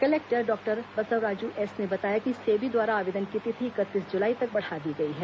collector doctor Basavaraju S ने बताया कि सेबी द्वारा आवेदन की तिथि इकतीस जुलाई तक बढ़ा दी गई है